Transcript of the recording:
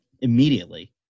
Immediately